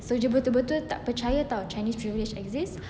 so dia betul-betul tak percaya [tau] chinese privilege exists